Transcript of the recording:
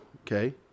okay